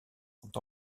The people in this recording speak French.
sont